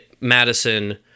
Madison